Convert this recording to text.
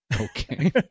Okay